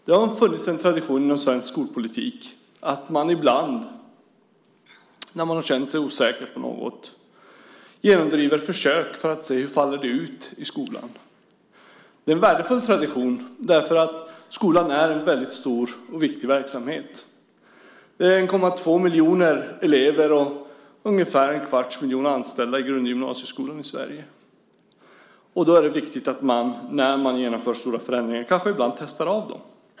Det har funnits en tradition inom svensk skolpolitik att man ibland, när man har känt sig osäker på något, genomdriver försök för att se hur det faller ut i skolan. Det är en värdefull tradition därför att skolan är en väldigt stor och viktig verksamhet. Det är 1,2 miljoner elever och ungefär en kvarts miljon anställda i grund och gymnasieskolan i Sverige. Då är det viktigt när man genomför stora förändringar att man ibland testar av dem.